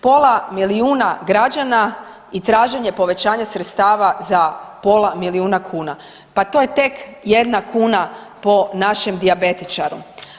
Pola milijuna građana i traženje povećanja sredstava za pola milijuna kuna, pa to je tek jedna kuna po našem dijabetičaru.